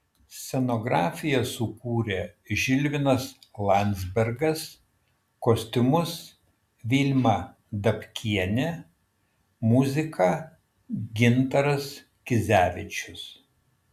scenografiją sukūrė žilvinas landzbergas kostiumus vilma dabkienė muziką gintaras kizevičius